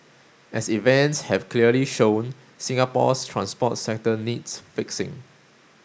as events have clearly shown Singapore's transport sector needs fixing